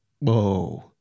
whoa